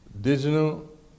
Digital